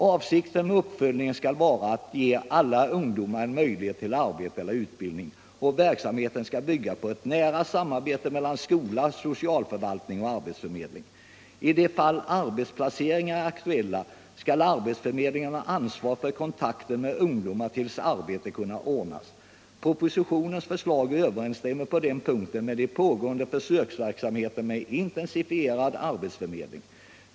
Avsikten med uppföljningen skall vara att ge alla ungdomar en möjlighet till arbete eller utbildning, och verksamheten skall bygga på ett nära samarbete mellan skola, socialförvaltning och arbetsförmedling. I de fall arbetsplaceringar är aktuella, skall arbetsförmedlingen ha ansvar för kontakten med ungdomarna tills arbete har kunnat ordnas. Propositionens förslag överensstämmer på den punkten med den pågående försöksverksamheten med intensifierad arbetsförmedling.